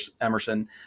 Emerson